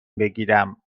بگیرم